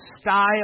style